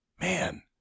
man